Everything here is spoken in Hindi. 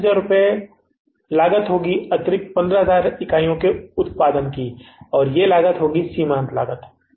135000 रुपये अतिरिक्त 15000 इकाइयों के उत्पादन के लिए सीमांत लागत है